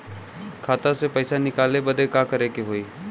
खाता से पैसा निकाले बदे का करे के होई?